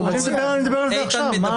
אני מדבר על זה עכשיו.